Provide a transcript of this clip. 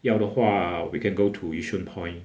要的话 we can go to yishun point